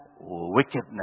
wickedness